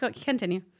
Continue